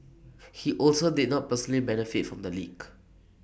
he also did not personally benefit from the leak